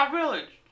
village